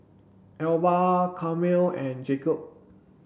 Elba Carmel and Jacob